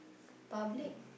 public